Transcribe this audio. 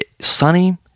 Sunny